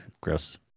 gross